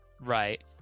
right